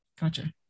Gotcha